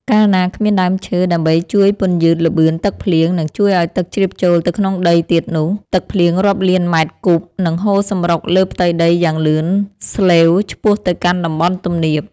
កាលណាគ្មានដើមឈើដើម្បីជួយពន្យឺតល្បឿនទឹកភ្លៀង និងជួយឱ្យទឹកជ្រាបចូលទៅក្នុងដីទៀតនោះ ទឹកភ្លៀងរាប់លានម៉ែត្រគូបនឹងហូរសម្រុកលើផ្ទៃដីយ៉ាងលឿនស្លេវឆ្ពោះទៅកាន់តំបន់ទំនាប។